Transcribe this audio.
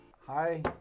Hi